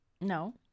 No